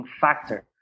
factor